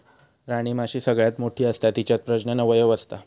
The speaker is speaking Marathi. राणीमाशी सगळ्यात मोठी असता तिच्यात प्रजनन अवयव असता